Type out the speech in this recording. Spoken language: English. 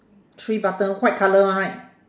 three button white colour one right